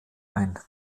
ein